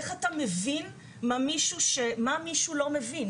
איך אתה מבין מה מישהו לא מבין,